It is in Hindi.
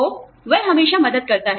तो वह हमेशा मदद करता है